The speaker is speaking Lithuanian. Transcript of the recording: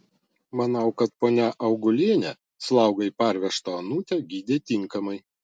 manau kad ponia augulienė slaugai parvežtą onutę gydė tinkamai